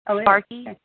Sparky